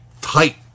tight